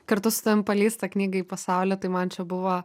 kartu su tavim paleis tą knygą į pasaulį tai man čia buvo